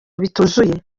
bituzuye